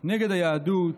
נגד היהדות,